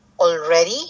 Already